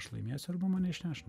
aš laimėsiu arba mane išneš